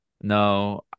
No